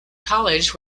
college